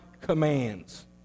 commands